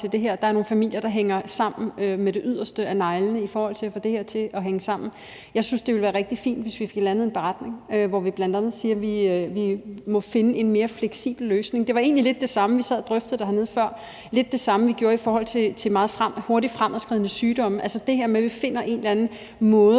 til det her. Der er nogle familier, der hænger på med det yderste af neglene i forhold til at få det til at hænge sammen. Jeg synes, det ville være rigtig fint, hvis vi fik landet en beretning, hvor vi bl.a. siger, at vi må finde en mere fleksibel løsning. Det var egentlig lidt det samme – vi sad og drøftede det hernede lige før – vi gjorde i forhold til hurtigt fremadskridende sygdomme, altså det her med, at vi finder en eller anden måde,